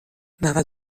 نود